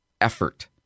effort –